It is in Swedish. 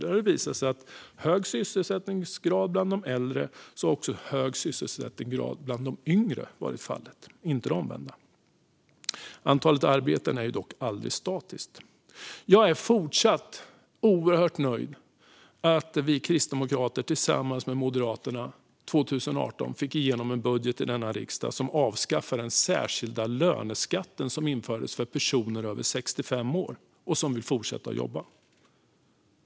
Det har visat sig att om det finns en hög sysselsättningsgrad bland de äldre har också en hög sysselsättningsgrad bland de yngre varit fallet och inte det omvända. Antalet arbeten är aldrig statiskt. Jag är fortsatt oerhört nöjd att vi Kristdemokrater tillsammans med Moderaterna år 2018 fick igenom en budget i denna riksdag som avskaffade den särskilda löneskatten som infördes för personer över 65 år och som vill fortsätta att jobba.